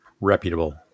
reputable